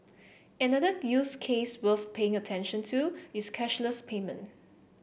another use case worth paying attention to is cashless payment